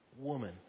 woman